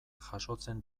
jasotzen